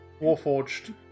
warforged